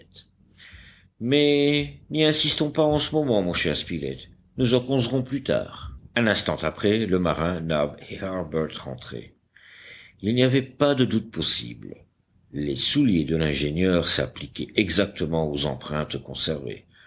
mais n'y insistons pas en ce moment mon cher spilett nous en causerons plus tard un instant après le marin nab et harbert rentraient il n'y avait pas de doute possible les souliers de l'ingénieur s'appliquaient exactement aux empreintes conservées